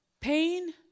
Pain